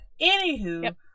anywho